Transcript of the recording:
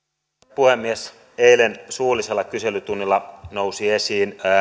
puhemies eilen suullisella kyselytunnilla nousi esiin